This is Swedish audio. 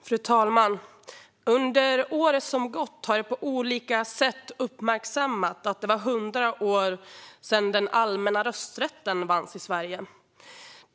Fru talman! Under året som gått har det på olika sätt uppmärksammats att det var 100 år sedan den allmänna rösträtten vanns i Sverige.